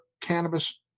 cannabis